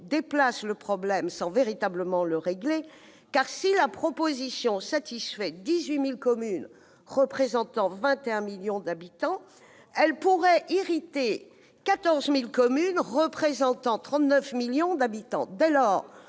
déplace le problème sans véritablement le régler, ... Si !... car si elle satisfait 18 000 communes représentant 21 millions d'habitants, elle pourrait en irriter 14 000 regroupant 39 millions d'habitants.